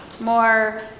more